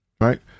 right